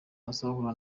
azahura